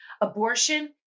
Abortion